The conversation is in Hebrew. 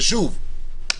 ושוב,